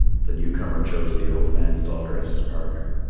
the new-comer chose the old man's daughter as his partner.